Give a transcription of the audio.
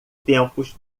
tempos